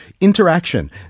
Interaction